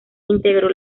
integró